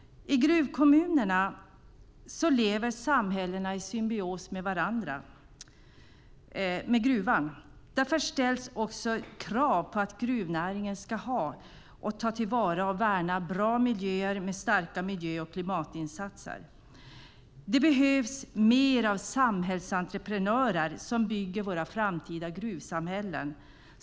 I gruvkommunerna lever samhällena i symbios med gruvan. Därför ställs krav på att gruvnäringen ska ha och ta till vara och värna bra miljöer med starka miljö och klimatinsatser. Det behövs mer av samhällsentreprenörer som bygger våra framtida gruvsamhällen.